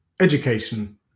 education